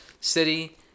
city